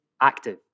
active